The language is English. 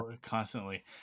constantly